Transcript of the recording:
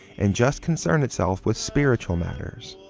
and just concern itself with spiritual matters.